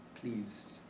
pleased